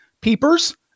peepers